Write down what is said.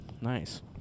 Nice